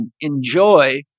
Enjoy